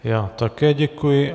Já také děkuji.